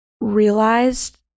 realized